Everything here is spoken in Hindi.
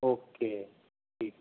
ओके ठीक